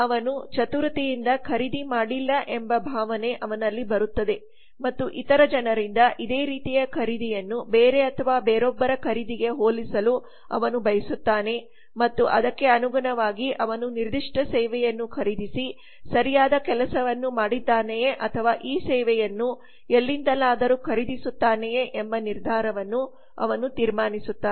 ಅವನು ಚತುರತೆಯಿಂದ ಖರೀದಿ ಮಾಡಿಲ್ಲ ಎಂಬ ಭಾವನೆ ಅವನಲ್ಲಿ ಬರುತ್ತದೆ ಮತ್ತು ಇತರ ಜನರಿಂದ ಇದೇ ರೀತಿಯ ಖರೀದಿಯನ್ನು ಬೇರೆ ಅಥವಾ ಬೇರೊಬ್ಬರ ಖರೀದಿಗೆ ಹೋಲಿಸಲು ಅವನು ಬಯಸುತ್ತಾನೆ ಮತ್ತು ಅದಕ್ಕೆ ಅನುಗುಣವಾಗಿ ಅವನು ನಿರ್ದಿಷ್ಟ ಸೇವೆಯನ್ನು ಖರೀದಿಸಿ ಸರಿಯಾದ ಕೆಲಸವನ್ನು ಮಾಡಿದ್ದಾನೆಯೇ ಅಥವಾ ಈ ಸೇವೆಯನ್ನು ಎಲ್ಲಿಂದಲಾದರೂ ಖರೀದಿಸುತ್ತಾನೆಯೇ ಎಂಬ ನಿರ್ಧಾರವನ್ನು ಅವನು ತೀರ್ಮಾನಿಸುತ್ತಾನೆ